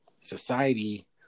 society